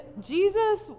Jesus